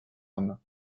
homme